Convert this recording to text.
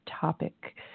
topic